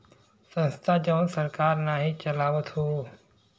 संस्था जवन सरकार नाही चलावत हौ